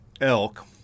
elk